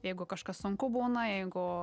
jeigu kažkas sunku būna jeigu